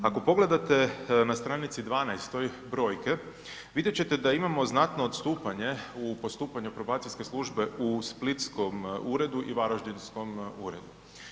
Ako pogledate na stranici 12 brojke, vidjet ćete da imamo znatno odstupanje u postupanju Probacijske služe u splitskom uredu i varaždinskom uredu.